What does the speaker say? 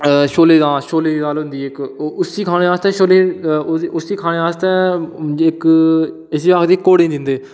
आं छोलें दी दाल आं छोलें दी दाल होंदी इक्क उसी खाने आस्तै छोलें उसी खाने आस्तै इक्क इसी आखदे घोड़ें गी दिंदे